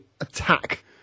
attack